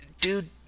dude